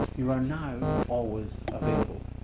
you are now always available.